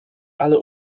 alles